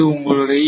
இது உங்களுடைய